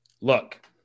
Look